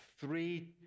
three